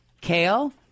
Kale